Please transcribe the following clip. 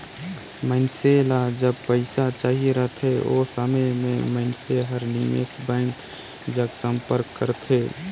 मइनसे ल जब पइसा चाहिए रहथे ओ समे में मइनसे हर निवेस बेंक जग संपर्क करथे